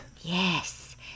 Yes